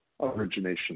origination